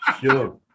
sure